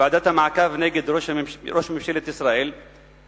ייהנה מההטבות ומהתקציבים המועדפים.